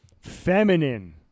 feminine